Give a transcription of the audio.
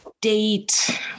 date